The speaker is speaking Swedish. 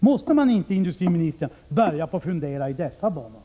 Måste man inte börja fundera i sådana banor, industriministern?